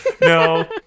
No